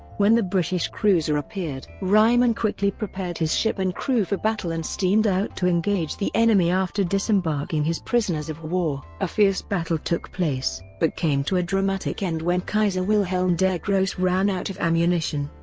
when the british cruiser appeared. reymann quickly prepared his ship and crew for battle and steamed out to engage the enemy after disembarking his prisoners of war. a fierce battle took place, but came to a dramatic end when kaiser wilhelm der grosse ran out of ammunition.